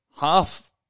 half